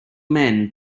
men